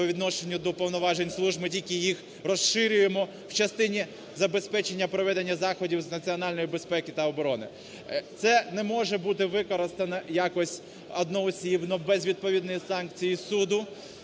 відношенню до повноважень служб, ми тільки їх розширюємо в частині забезпечення проведення заходів з національної безпеки та оборони. Це не може бути використане якось одноосібно без відповідної санкції суду.